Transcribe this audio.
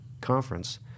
Conference